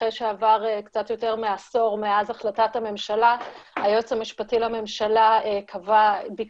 אחרי שעבר קצת יותר מעשור מאז החלטת הממשלה היועץ המשפטי לממשלה ביקש